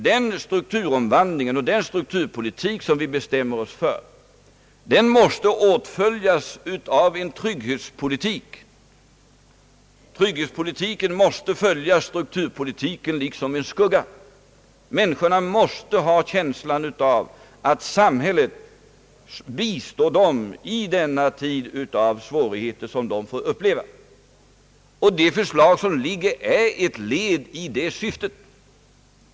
Den strukturomvandling och den strukturpolitik som vi bestämmer oss för måste åtföljas av en trygghetspolitik. Trygghetspolitiken måste följa strukturpolitiken som en skugga. Människorna måste ha känslan av att samhället bistår dem i denna tid av svårigheter som de får uppleva. Det föreliggande förslaget är ett led i detta syfte.